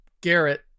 Garrett